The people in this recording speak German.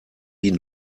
wie